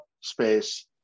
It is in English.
space